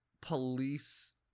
police